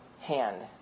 hand